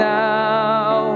now